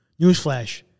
Newsflash